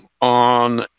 on